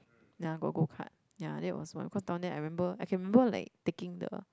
ya got Go Cart ya that was why cause down there I remember I can remember like taking the